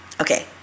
Okay